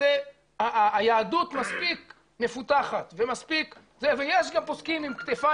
היהדות מספיק מפותחת ויש גם פוסקים עם כתפיים